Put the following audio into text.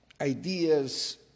ideas